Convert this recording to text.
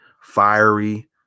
fiery